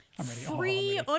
Free